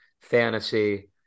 fantasy